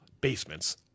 Basements